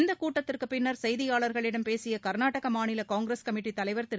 இந்தக் கூட்டத்திற்குப் பின்னர் செய்தியாளர்களிடம் பேசிய கர்நாடக மாநில காங்கிரஸ் கமிட்டி தலைவர் திரு